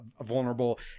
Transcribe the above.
vulnerable